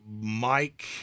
Mike